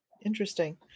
Interesting